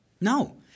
No